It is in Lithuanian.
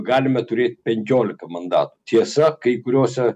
galime turėt penkiolika mandatų tiesa kai kuriose